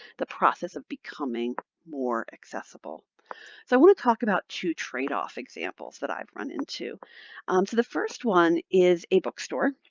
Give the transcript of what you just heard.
the process of becoming more accessible i want to talk about two trade-off examples that i've run into. um so the first one is a bookstore.